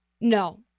No